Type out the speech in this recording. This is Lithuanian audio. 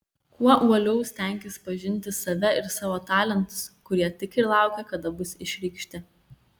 kuo uoliau stenkis pažinti save ir savo talentus kurie tik ir laukia kada bus išreikšti